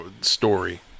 story